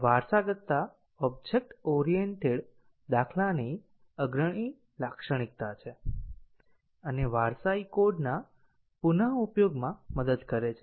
વારસાગતતા object oriented દાખલાની અગ્રણી લાક્ષણિકતા છે અને વારસાઈ કોડના પુનuseઉપયોગમાં મદદ કરે છે